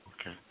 Okay